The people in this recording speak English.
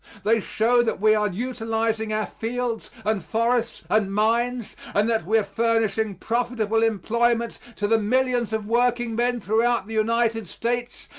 they show that we are utilizing our fields and forests and mines, and that we are furnishing profitable employment to the millions of workingmen throughout the united states,